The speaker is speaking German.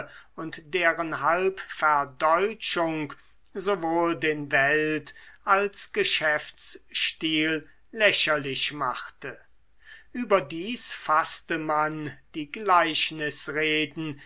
und deren halbverdeutschung sowohl den welt als geschäftsstil lächerlich machte überdies faßte man die gleichnisreden